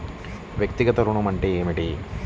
వ్యక్తిగత ఋణం అంటే ఏమిటి?